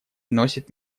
носит